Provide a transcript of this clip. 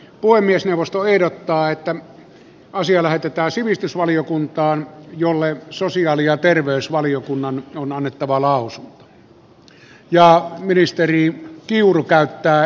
puhemiesneuvosto ehdottaa että asia lähetetään sivistysvaliokuntaan jolle sosiaali ja terveysvaliokunnan on annettava lausunto